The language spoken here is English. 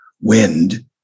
wind